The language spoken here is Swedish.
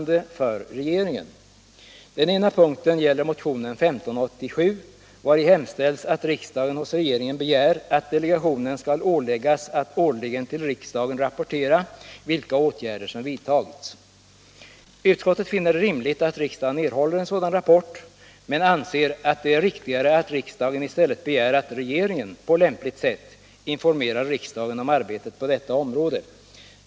det är riktigare att riksdagen i stället begär att regeringen på lämpligt sätt informerar riksdagen om arbetet på detta område.